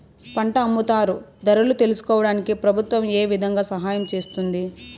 పంట అమ్ముతారు ధరలు తెలుసుకోవడానికి ప్రభుత్వం ఏ విధంగా సహాయం చేస్తుంది?